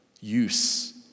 use